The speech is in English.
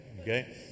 Okay